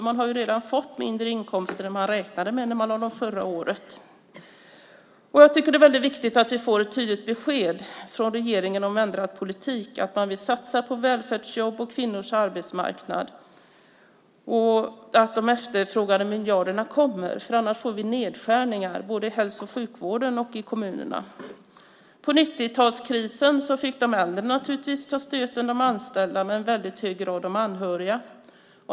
Man har redan fått mindre inkomster än vad man räknade med när man lade fram budgetarna förra året. Det är väldigt viktigt att vi får ett besked från regeringen om ändrad politik och att man vill satsa på välfärdsjobb och kvinnors arbetsmarknad och att de efterfrågade miljarderna kommer. Annars får vi nedskärningar både i hälso och sjukvård och i kommunerna. Under 90-talskrisen fick de äldre och de anställda ta stöten men också i väldigt hög grad de anhöriga.